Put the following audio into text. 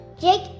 Jake